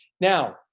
Now